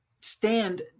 stand